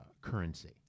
currency